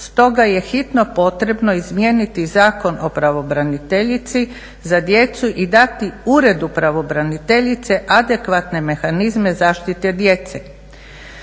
stoga je hitno potrebno izmijeniti Zakon o pravobraniteljici za djecu i dati Uredu pravobraniteljice adekvatne mehanizme zaštite djece.